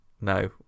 No